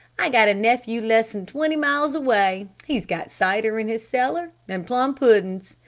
i got a nephew less'n twenty miles away. he's got cider in his cellar. and plum puddings.